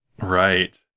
Right